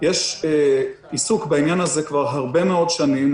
יש עיסוק בעניין הזה כבר הרבה מאוד שנים.